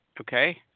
Okay